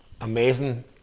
Amazing